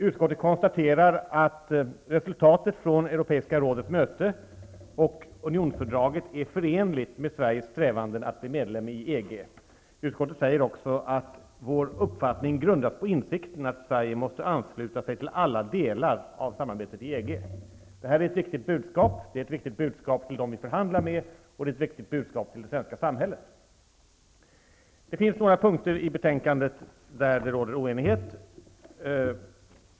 Utskottet konstaterar att resultatet från Europeiska rådets möte och unionsfördraget är förenligt med Sveriges strävanden att bli medlem i EG. Utskottet skriver vidare att vår uppfattning ''grundas på insikten att Sverige måste ansluta sig till alla delar av samarbetet i EG.'' Detta är ett viktigt budskap -- ett viktigt budskap till dem som vi förhandlar med och ett viktigt budskap till det svenska samhället. Det finns några punkter i betänkandet där det råder oenighet.